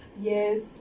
yes